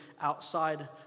outside